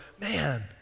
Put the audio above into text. man